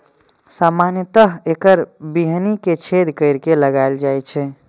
सामान्यतः एकर बीहनि कें छेद करि के लगाएल जाइ छै